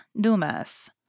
Dumas